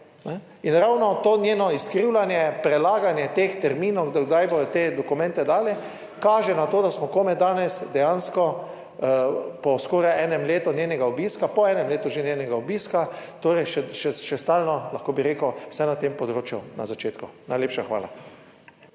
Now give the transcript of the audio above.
In ravno to njeno izkrivljanje, prelaganje teh terminov do kdaj bodo te dokumente dali kaže na to, da smo komaj danes dejansko po skoraj enem letu njenega obiska, po enem letu že njenega obiska, torej še stalno, lahko bi rekel vsaj na tem področju, na začetku. Najlepša hvala.